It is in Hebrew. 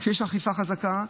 כשיש אכיפה חזקה,